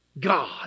God